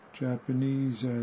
Japanese